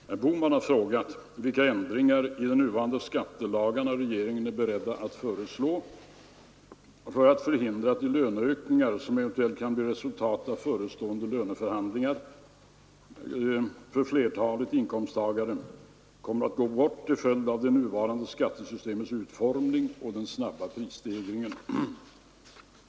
Herr talman! Herr Bohman har frågat mig vilka ändringar i nuvarande skattelagar regeringen är beredd att föreslå för att förhindra att de löneökningar som eventuellt kan bli resultatet av förestående löneförhandlingar för flertalet inkomsttagare kommer att gå bort till följd av det nuvarande skattesystemets utformning och den snabba prisstegringen.